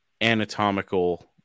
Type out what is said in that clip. anatomical